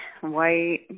white